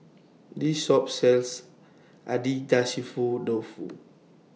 This Shop sells Agedashi Dofu